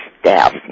staff